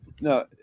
No